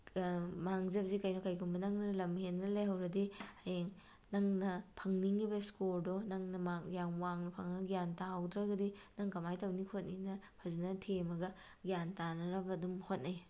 ꯃꯥꯡꯖꯕꯁꯦ ꯀꯩꯅꯣ ꯀꯩꯒꯨꯝꯕ ꯅꯪꯅ ꯂꯝ ꯍꯦꯟꯗꯅ ꯂꯩꯍꯧꯔꯗꯤ ꯍꯌꯦꯡ ꯅꯪꯅ ꯐꯪꯅꯤꯡꯂꯤꯕ ꯁ꯭ꯀꯣꯔꯗꯣ ꯅꯪꯅ ꯃꯥꯛ ꯌꯥꯝ ꯋꯥꯡꯅ ꯐꯪꯂꯒ ꯒ꯭ꯌꯥꯟ ꯇꯥꯍꯧꯗ꯭ꯔꯒꯗꯤ ꯅꯪ ꯀꯃꯥꯏꯅ ꯇꯧꯅꯤ ꯈꯣꯠꯅꯤꯅ ꯐꯖꯅ ꯊꯦꯝꯃꯒ ꯒ꯭ꯌꯥꯟ ꯇꯥꯅꯅꯕ ꯑꯗꯨꯝ ꯍꯣꯠꯅꯩ